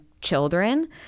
children